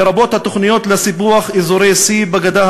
לרבות התוכניות לסיפוח אזורי C בגדה